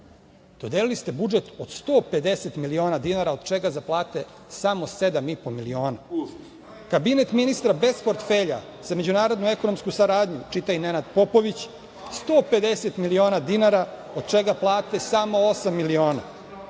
dodelili ste budžet od 150 miliona dinara, od čega za plate samo 7,5 miliona. Kabinet ministra bez portfelja za međunarodno ekonomsku saradnju, čitaj Nenad Popović, 150 miliona dinara, od čega plate samo osam